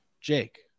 Jake